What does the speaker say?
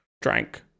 Drank